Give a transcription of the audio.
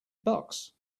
bucks